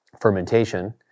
fermentation